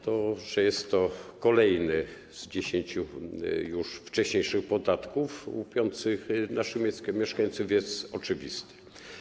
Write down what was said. To, że jest to kolejny z już dziesięciu wcześniejszych podatków łupiących naszych mieszkańców, jest oczywiste.